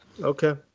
Okay